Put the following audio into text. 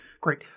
great